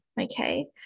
Okay